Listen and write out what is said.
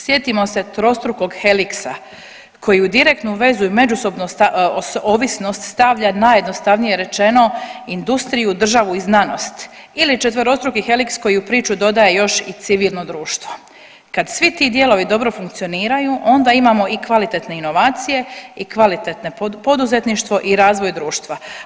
Sjetimo se trostrukog Helixa koji u direktnu vezu i međusobnu ovisnost stavlja najjednostavnije rečeno industriju, državu i znanost ili četverostruki Helix koji u priču dodaje još i civilno društvo, kad svi ti dijelovi dobro funkcioniraju onda imamo i kvalitetne inovacije i kvalitetne poduzetništvo i razvoj društva.